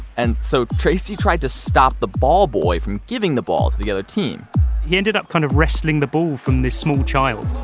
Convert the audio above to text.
and so tracey tried to stop the ball boy from giving the ball to the other team he ended up kind of wrestling the ball from this small child